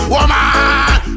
Woman